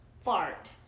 fart